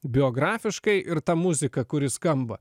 biografiškai ir ta muzika kuri skamba